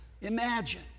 imagine